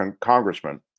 congressman